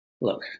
Look